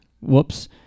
whoops